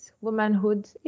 Womanhood